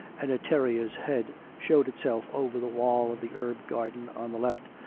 and a terrier's head showed itself over the wall of the herb-garden on the left,